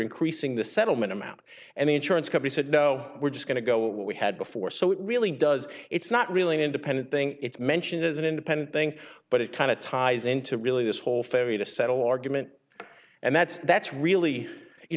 increasing the settlement amount and the insurance company said no we're just going to go what we had before so it really does it's not really an independent thing it's mentioned as an independent thing but it kind of ties into really this whole fairy to settle argument and that's that's really you